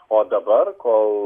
o dabar kol